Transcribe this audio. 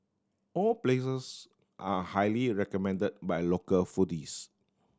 all places are highly recommend by local foodies